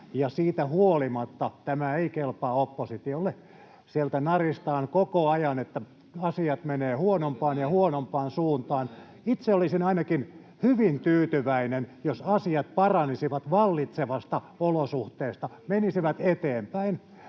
siitä huolimatta tämä ei kelpaa oppositiolle. Sieltä naristaan koko ajan, että asiat menevät huonompaan ja huonompaan suuntaan. Itse olisin ainakin hyvin tyytyväinen, jos asiat paranisivat vallitsevasta olosuhteesta, menisivät eteenpäin.